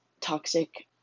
toxic